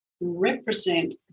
represent